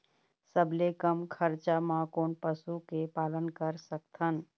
सबले कम खरचा मा कोन पशु के पालन कर सकथन?